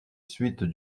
suites